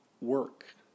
work